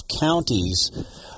Counties